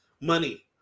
money